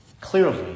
clearly